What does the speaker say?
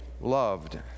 loved